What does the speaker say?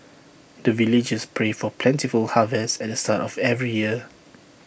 the villagers pray for plentiful harvest at the start of every year